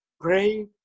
pray